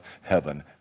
heaven